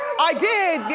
i did, yes.